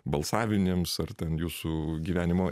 balsavinėms ar ten jūsų gyvenimo